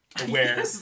aware